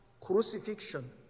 crucifixion